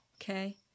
Okay